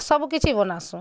ସବୁ କିଛି ବନାସୁଁ